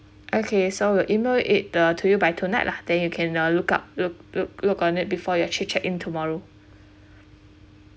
okay so we'll E-mail it uh to you by tonight lah then you can ah look up look look look on it before your check-in tomorrow